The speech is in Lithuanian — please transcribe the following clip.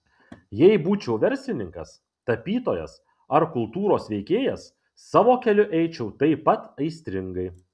jei būčiau verslininkas tapytojas ar kultūros veikėjas savo keliu eičiau taip pat aistringai